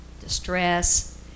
distress